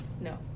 No